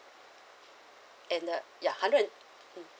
and the ya hundred and mm